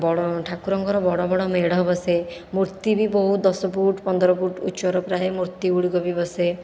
ବଡ଼ ଠାକୁରଙ୍କର ବଡ଼ ବଡ଼ ମେଢ଼ ବସେ ମୂର୍ତ୍ତି ବି ବହୁତ ଦଶ ଫୁଟ ପନ୍ଦର ଫୁଟ ଉଚ୍ଚର ପ୍ରାୟ ମୂର୍ତ୍ତି ଗୁଡ଼ିକ ବି ବସେ